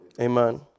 Amen